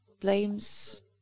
blames